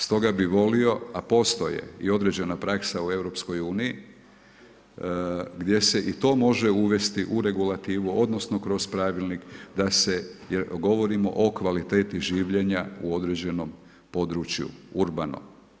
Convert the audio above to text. Stoga bi volio, a postoje i određena praksa u EU, gdje se i to može uvesti u regulativu, odnosno, kroz pravilnik da se, jer govorimo o kvaliteti življenja u određenom području, urbano.